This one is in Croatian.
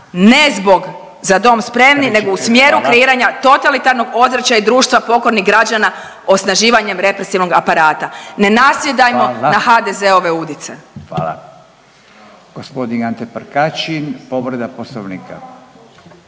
ne zbog „Za dom spremni!“ nego u smjeru kreiranja totalitarnog ozračja i društva pokornih građana osnaživanjem represivnog aparata. Ne nasjedajmo na HDZ-ove udice.